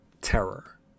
terror